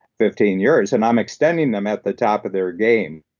fifteen years, and i'm extending them at the top of their game.